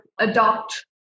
adopt